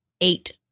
eight